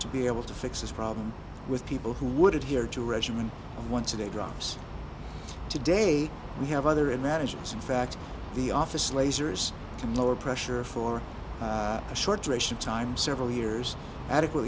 to be able to fix this problem with people who would adhere to a regimen once a day drops today we have other imaginations in fact the office lasers to lower pressure for a short duration time several years adequate